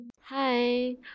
Hi